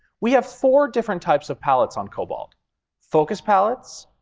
we have four different types of palettes on cobalt focus palettes,